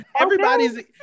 everybody's